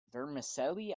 vermicelli